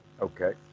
Okay